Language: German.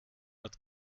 hat